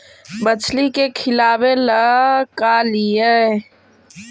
मछली के खिलाबे ल का लिअइ?